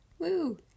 Woo